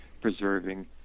preserving